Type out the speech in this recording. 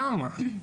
למה?